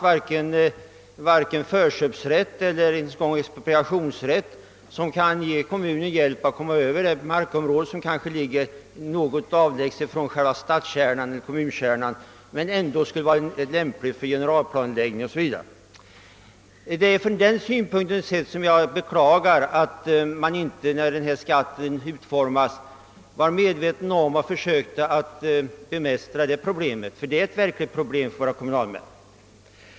Varken förköpseller expropriationsrätt kan hjälpa kommunen att komma över ett sådant markområde, som kanske ligger litet avlägset från själva stadseller kommunkärnan men som skulle vara lämpligt att köpa med hänsyn till generalplaneringen o.s.v. Jag beklagar därför att man vid lagens utformning inte försökt att bemästra dessa svårigheter, som är ett stort problem för våra kommunalmän.